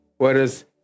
Whereas